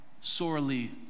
sorely